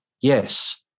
yes